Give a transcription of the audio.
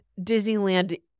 Disneyland